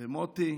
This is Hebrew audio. ומוטי,